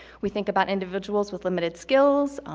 we think about individuals with limited skills,